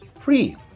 free